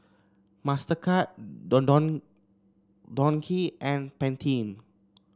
Mastercard Don Don Donki and Pantene